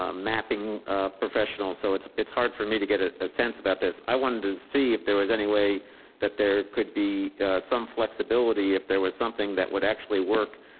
ah mapping professionals. so it's it's hard for me to get a sense about this. i wanted to see if there was any way that there could be some flexibility. if there was something that would actually work.